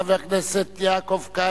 חבר הכנסת יעקב כץ,